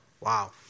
Wow